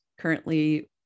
currently